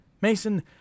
Mason